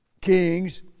kings